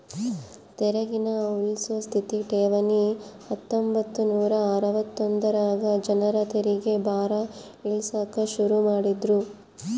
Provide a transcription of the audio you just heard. ತೆರಿಗೇನ ಉಳ್ಸೋ ಸ್ಥಿತ ಠೇವಣಿ ಹತ್ತೊಂಬತ್ ನೂರಾ ಅರವತ್ತೊಂದರಾಗ ಜನರ ತೆರಿಗೆ ಭಾರ ಇಳಿಸಾಕ ಶುರು ಮಾಡಿದ್ರು